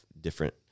different